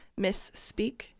misspeak